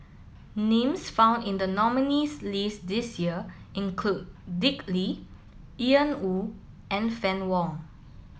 names found in the nominees' list this year include Dick Lee Woo and Fann Wong